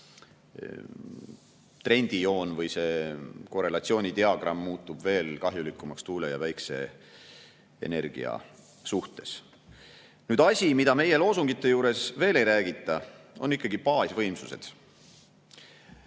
trendijoon või see korrelatsiooni diagramm muutub veel kahjulikumaks tuule‑ ja päikeseenergia suhtes. Asi, millest meile loosungites veel ei räägita, on ikkagi baasvõimsused.